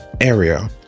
area